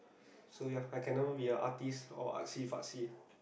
so ya I cannot be a artist or artsy fartsy